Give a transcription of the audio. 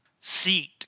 seat